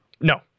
No